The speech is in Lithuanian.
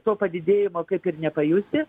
to padidėjimo kaip ir nepajusi